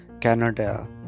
Canada